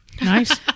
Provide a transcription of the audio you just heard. Nice